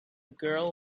girl